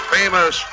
famous